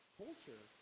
culture